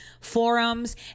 forums